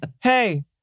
hey